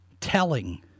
telling